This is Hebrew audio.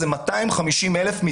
זה 250 אלף,